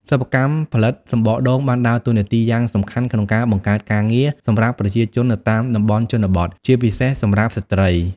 សិប្បកម្មផលិតសំបកដូងបានដើរតួនាទីយ៉ាងសំខាន់ក្នុងការ បង្កើតការងារ សម្រាប់ប្រជាជននៅតាមតំបន់ជនបទ ជាពិសេសសម្រាប់ស្ត្រី។